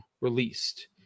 released